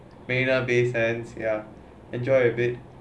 marina bay sands ya enjoy a bit